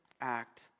act